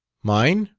mine?